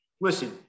Listen